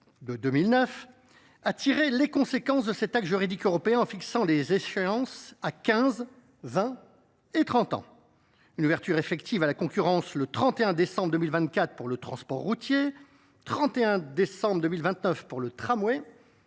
de 2009 a tiré les conséquences de cet acte juridique européen, en fixant des échéances à quinze ans, vingt ans et trente ans : une ouverture effective à la concurrence le 31 décembre 2024 pour le transport routier, le 31 décembre 2029 pour le tramway